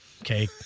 Okay